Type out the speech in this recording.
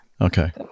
Okay